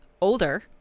older